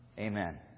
Amen